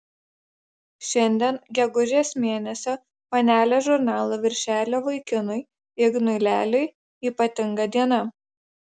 šiandien gegužės mėnesio panelės žurnalo viršelio vaikinui ignui leliui ypatinga diena